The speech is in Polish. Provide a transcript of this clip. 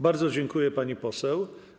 Bardzo dziękuję, pani poseł.